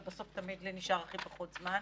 ובסוף תמיד לי נשאר הכי פחות זמן.